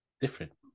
different